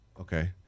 okay